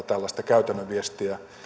tällaista käytännön viestiä